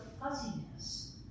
fuzziness